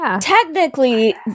technically